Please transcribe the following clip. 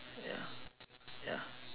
ya ya